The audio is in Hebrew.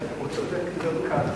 ליושב-ראש הכנסת),